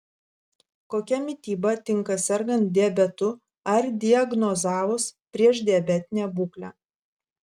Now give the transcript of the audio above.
kokia mityba tinka sergant diabetu ar diagnozavus priešdiabetinę būklę